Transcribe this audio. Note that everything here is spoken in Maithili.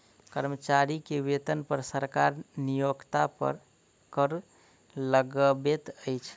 कर्मचारी के वेतन पर सरकार नियोक्ता पर कर लगबैत अछि